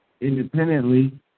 independently